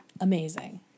amazing